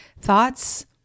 thoughts